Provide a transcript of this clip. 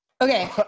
Okay